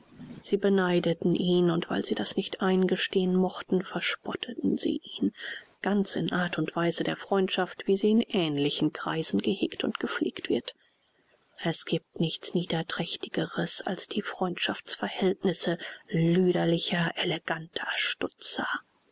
sie beneideten ihn und weil sie das nicht eingestehen mochten verspotteten sie ihn ganz in art und weise der freundschaft wie sie in ähnlichen kreisen gehegt und gepflegt wird es giebt nichts niederträchtigeres als die freundschafts verhältnisse lüderlicher eleganter stutzer